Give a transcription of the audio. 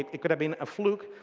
it could have been a fluke.